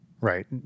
Right